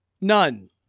none